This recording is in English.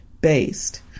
based